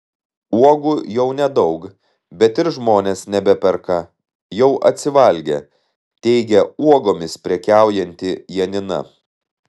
uogų jau nedaug bet ir žmonės nebeperka jau atsivalgė teigė uogomis prekiaujanti janina